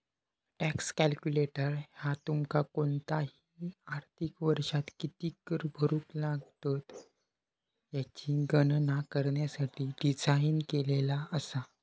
tax calculator ह्या तुमका कोणताही आर्थिक वर्षात किती कर भरुक लागात याची गणना करण्यासाठी डिझाइन केलेला असा